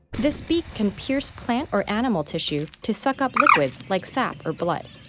this beak can pierce plant or animal tissue to suck up liquids like sap or blood.